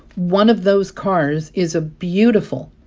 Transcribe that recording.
one of those cars is a beautiful,